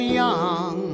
young